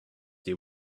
they